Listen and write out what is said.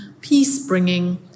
peace-bringing